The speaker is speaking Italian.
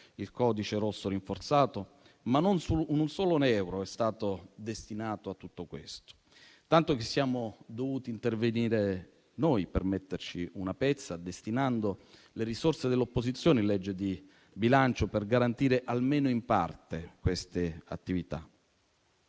il codice rosso rinforzato. Ma non un solo euro è stato destinato a tutto questo, tanto che siamo dovuti intervenire noi per metterci una pezza, destinando le risorse dell'opposizione in legge di bilancio per garantire almeno in parte queste attività.